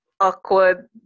Awkward